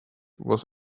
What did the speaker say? was